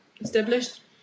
established